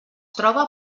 troba